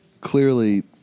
clearly